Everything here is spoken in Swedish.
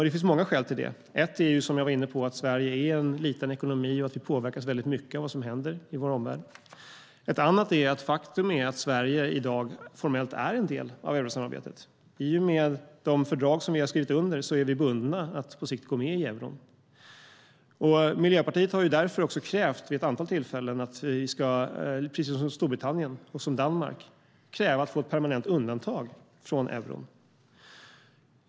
Det finns många skäl till det. Ett är, som jag var inne på, att Sverige är en liten ekonomi och att vi påverkas mycket av vad som händer i vår omvärld. Ett annat är det faktum att Sverige i dag formellt är en del av eurosamarbetet. I och med de fördrag som vi har skrivit under är vi bundna att på sikt gå med i euron. Miljöpartiet har därför vid ett antal tillfällen krävt att Sverige precis som Storbritannien och Danmark ska kräva att få ett permanent undantag från euron.